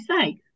say